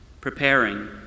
preparing